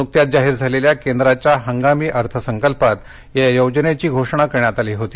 नुकत्याच जाहीर झालेल्या केंद्राच्या हंगामी अर्थसंकल्पात या योजनेची घोषणा करण्यात आली होती